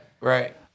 right